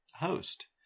host